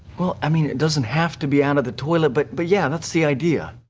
well, i mean it doesn't have to be out of the toilet, but but yeah, that's the idea.